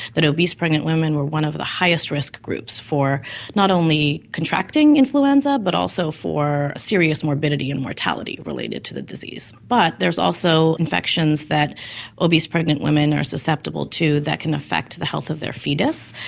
that obese pregnant women were one of the highest risk groups for not only contracting influenza but also for serious morbidity and mortality related to the disease. but there's also infections that obese pregnant women are susceptible to that can affect the health of their foetus.